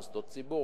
מוסדות ציבור,